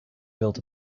built